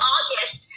August